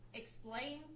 explain